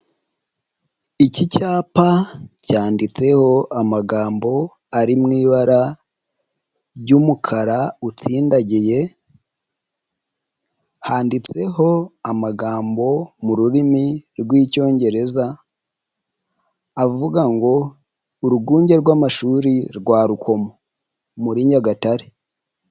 Iki cyapa cyanditseho amagambo ari mu ibara ry'umukara utsindagiye, handitseho amagambo mu rurimi rw'icyongereza avuga ngo urwunge rw'amashuri rwa Rukomo, muri Nyagatare.